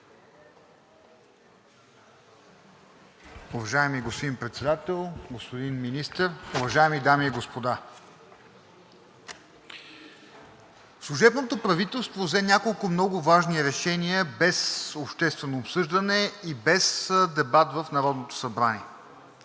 Уважаеми господин Председател, господин Министър, уважаеми дами и господа! Служебното правителство взе няколко много важни решения без обществено обсъждане и без дебат в Народното събрание.